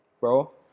bro